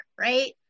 right